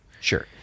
sure